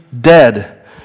dead